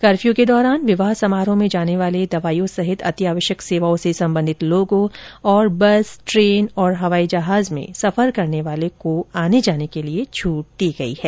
curfew के दौरान विवाह समारोह में जाने वाले दवाइयों सहित अतिआवश्यक सेवाओं से सम्बन्धित लोगों और बस ट्रेन और हवाई जहाज में सफर करने वाले को आने जाने के लिए छूट दी गई है